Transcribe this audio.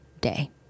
day